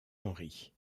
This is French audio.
henri